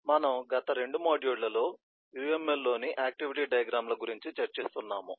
మనము గత 2 మాడ్యూళ్ళలో UML లోని ఆక్టివిటీ డయాగ్రమ్ ల గురించి చర్చిస్తున్నాము